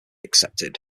accepted